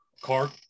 car